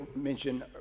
mention